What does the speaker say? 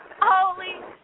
Holy